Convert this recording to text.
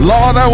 Lord